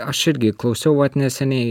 aš irgi klausiau vat neseniai